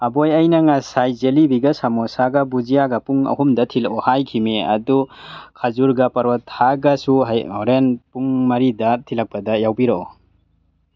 ꯑꯕꯣꯏ ꯑꯩꯅ ꯉꯁꯥꯏ ꯖꯦꯂꯤꯕꯤꯒ ꯁꯃꯣꯁꯥꯒ ꯕꯨꯖꯤꯌꯥꯒ ꯄꯨꯡ ꯑꯍꯨꯝꯗ ꯊꯤꯜꯂꯛꯑꯣ ꯍꯥꯏꯈꯤꯕꯅꯦ ꯑꯗꯣ ꯈꯖꯨꯔꯒ ꯄꯔꯣꯊꯥꯒꯁꯨ ꯍꯣꯔꯦꯟ ꯄꯨꯡ ꯃꯔꯤꯗ ꯊꯤꯜꯂꯛꯄꯗ ꯌꯥꯎꯕꯤꯔꯛꯑꯣ